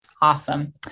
Awesome